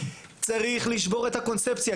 צריך לשבור את הקונספציה,